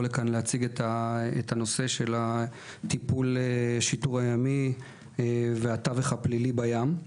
לכאן להציג את הנושא של השיטור הימי והתווך הפלילי בים.